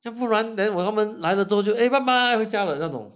要不然等一他们来了之后我们就得 bye bye 回家了那种